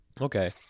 Okay